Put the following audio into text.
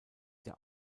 der